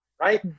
right